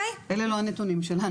אלה לא הנתונים שלנו,